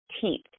teeth